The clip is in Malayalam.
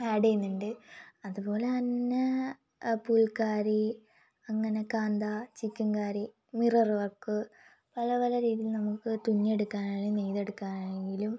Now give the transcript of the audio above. ഏഡ്ഡ് ചെയ്യുന്നുണ്ട് അതുപോലെ തന്നെ പുൽകാരി അങ്ങനെ കാന്താ ചിക്കൻകാരി മിററ് വർക്ക് പല പല രീതിയിൽ നമുക്ക് തുന്നി എടുക്കാനായാലും നെയ്തെടുക്കാനാണെങ്കിലും